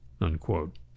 unquote